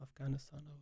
Afghanistan